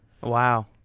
Wow